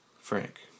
Frank